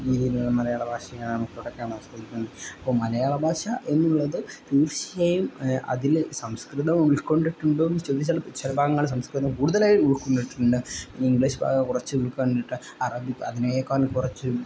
ഈ മലയാള ഭാഷയെ നമുക്കിവിടെ കാണാൻ സാധിക്കുന്നത് അപ്പം മലയാള ഭാഷ എന്നുള്ളത് തീർച്ചയായും അതിൽ സംസ്കൃതം ഉൾക്കൊണ്ടിട്ടുണ്ടോ എന്ന് ചോദിച്ചാൽ ചില ഭാഗങ്ങൾ സംസ്കൃതം കൂടുതലായി ഉൾക്കൊണ്ടിട്ടുണ്ട് പിന്നെ ഇംഗ്ലീഷ് ഭാഗം കുറച്ച് ഉൾക്കൊണ്ടിട്ട് അറബി അതിനേക്കാൾ കുറച്ച്